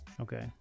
Okay